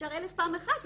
אפשר 1,000 פעם אחת,